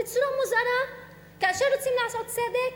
בצורה מוזרה כאשר רוצים לעשות צדק,